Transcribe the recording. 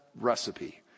recipe